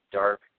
dark